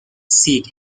seat